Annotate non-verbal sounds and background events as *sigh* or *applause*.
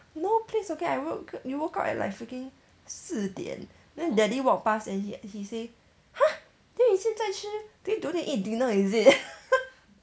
no please okay I woke you woke up at like freaking 四点 then daddy walk past and he he say !huh! then 你现在吃 then you don't need eat dinner is it *laughs*